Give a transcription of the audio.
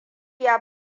ya